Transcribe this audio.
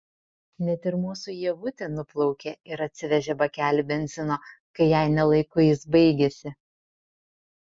net ir mūsų ievutė nuplaukė ir atsivežė bakelį benzino kai jai ne laiku jis baigėsi